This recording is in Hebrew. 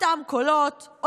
אותם קולות,